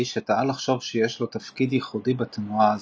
שטעה לחשוב שיש לו תפקיד ייחודי בתנועה הזאת,